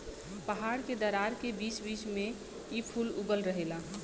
पहाड़ के दरार के बीच बीच में इ फूल उगल रहेला